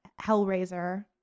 hellraiser